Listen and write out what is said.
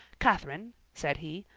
catherine, said he,